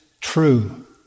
true